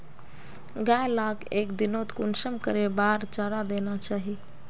गाय लाक एक दिनोत कुंसम करे बार चारा देना चही?